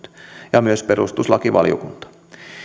ja myös perustuslakivaliokunta ovat edellyttäneet